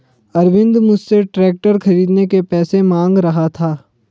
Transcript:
अरविंद मुझसे ट्रैक्टर खरीदने के पैसे मांग रहा था